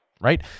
right